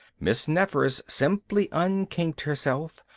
miss nefer's simply unkinked herself,